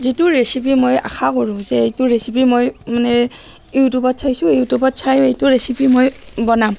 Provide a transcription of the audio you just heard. যিটো ৰেচিপি মই আশা কৰোঁ যে এইটো ৰেচিপি মই মানে ইউটিউবত চাইছোঁ ইউটিউবত চাই সেইটো ৰেচিপি মই বনাম